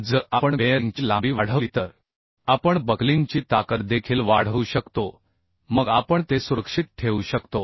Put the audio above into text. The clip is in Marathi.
जर आपण बेअरिंगची लांबी वाढवली तर आपण बकलिंगची ताकद देखील वाढवू शकतो मग आपण ते सुरक्षित ठेवू शकतो